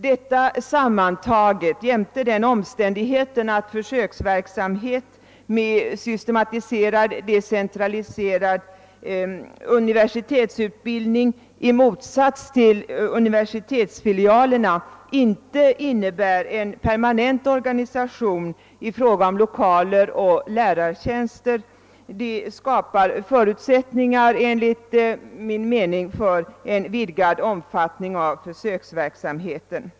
Detta sammantaget, jämte den omständigheten att försöksverksamheten med systematiserad decentraliserad universitetsutbildning i motsats till universitetsfilialerna inte innebär en permanent organisation när det gäller l1okaler och lärartjänster, skapar enligt min mening förutsättningar för en vidgad omfattning på försöksverksamheten.